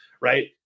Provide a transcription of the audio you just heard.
Right